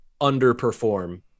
underperform